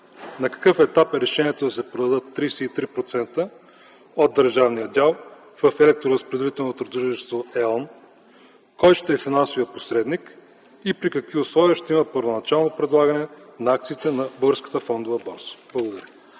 на какъв етап е решението да се продадат 33% от държавния дял в електроразпределителното дружество Е.ОН, кой ще е финансовият посредник и при какви условия ще има първоначално предлагане на акциите на Българската фондова борса? Благодаря.